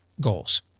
goals